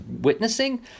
witnessing